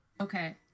Okay